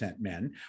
men